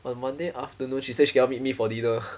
on monday afternoon she say she cannot meet me for dinner